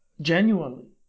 genuinely